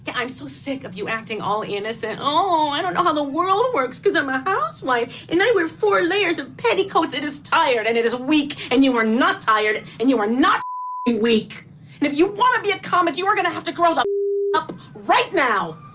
yeah i'm so sick of you acting all innocent. oh, i don't know how the world works because i'm a housewife, and i wear four layers of petticoats. it is tired, and it is weak. and you are not tired, and you are not fucking weak. and if you want to be a comic, you are going to have to grow the up up right now